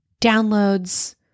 downloads